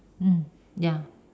mm ya